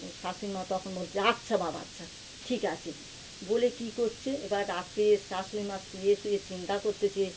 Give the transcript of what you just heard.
শাশুড়ি মা তখন বলছে আচ্ছা বাবা আচ্ছা ঠিক আছে বলে কী করছে এ বার রাত্রে শাশুড়ি মা শুয়ে শুয়ে চিন্তা করছে